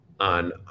on